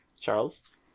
Charles